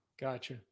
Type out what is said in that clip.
Gotcha